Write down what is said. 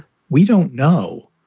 we don't know,